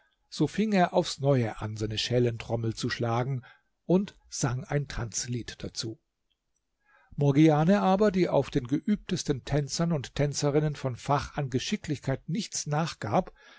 so fing er aufs neue an seine schellentrommel zu schlagen und sang ein tanzlied dazu morgiane aber die den geübtesten tänzern und tänzerinnen von fach an geschicklichkeit nichts nachgab